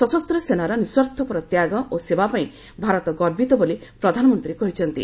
ସଶସ୍ତ ସେନାର ନିଃସ୍ୱାର୍ଥପର ତ୍ୟାଗ ଓ ସେବାପାଇଁ ଭାରତ ଗର୍ବିତ ବୋଲି ପ୍ରଧାନମନ୍ତୀ କହିଛନ୍ତି